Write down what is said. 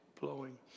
blowing